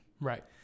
Right